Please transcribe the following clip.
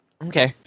Okay